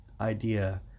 idea